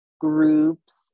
groups